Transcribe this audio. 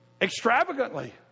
Extravagantly